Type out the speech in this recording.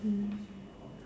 mm